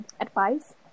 advice